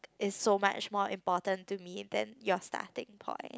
is so much more important to me than your starting point